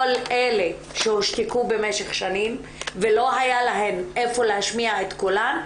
כל אלה שהושתקו במשך שנים ולא היה להם איפה להשמיע את קולם,